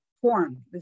form